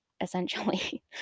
Essentially